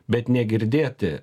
bet negirdėti